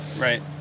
Right